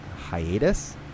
hiatus